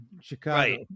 Chicago